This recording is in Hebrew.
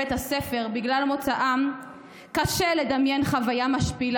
העבודה, בפערי שכר,